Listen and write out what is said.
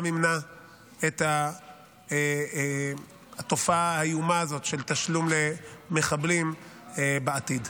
ימנע את התופעה האיומה הזאת של תשלום למחבלים בעתיד.